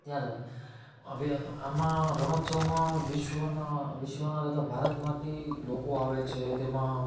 ત્યાં જ હોય આમાં રણોત્સવમાં વિશ્વના વિશ્વના તથા ભારતમાંથી લોકો આવે છે તેમાં